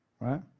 right